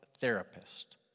therapist